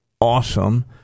awesome